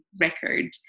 record